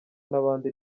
n’abandi